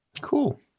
Cool